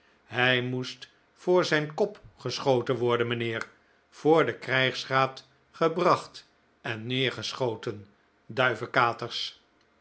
hij moest voor zijn kop geschoten worden mijnheer voor den krijgsraad gebracht en neergeschoten